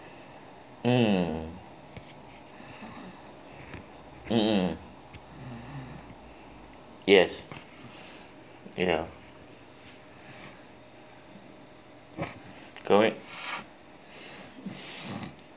mm mmhmm yes ya go ahead